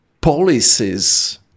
policies